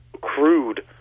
crude